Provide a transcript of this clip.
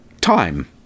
Time